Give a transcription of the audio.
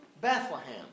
Bethlehem